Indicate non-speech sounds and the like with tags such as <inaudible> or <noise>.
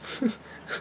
<laughs>